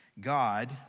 God